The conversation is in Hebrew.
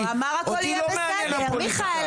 אותי לא מעניין ה פוליטיקה.